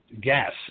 gas